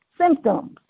symptoms